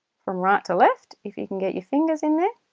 from right to left if you can get your fingers in there.